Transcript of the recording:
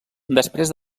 després